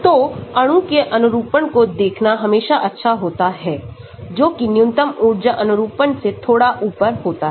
तो अणु के अनुरूपण को देखना हमेशा अच्छा होता है जो कि न्यूनतम ऊर्जा अनुरूपण से थोड़ा ऊपर होता हैं